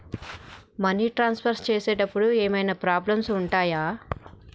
Money transfer చేసేటప్పుడు ఏమైనా problems ఉంటయా?